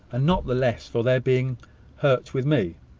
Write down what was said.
and not the less for their being hurt with me.